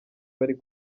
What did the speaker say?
bari